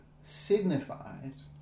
signifies